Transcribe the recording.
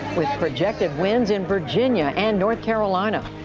with projected wins in virginia, and north carolina.